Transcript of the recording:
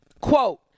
Quote